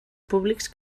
públics